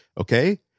okay